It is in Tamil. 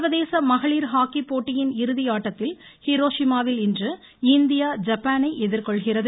சர்வதேச மகளிர் ஹாக்கி போட்டியின் இறுதி ஆட்டத்தில் ஹீரோஷிமாவில் இன்று இந்தியா ஜப்பானை எதிர்கொள்கிறது